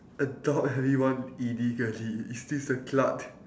adopt anyone illegally is this a cult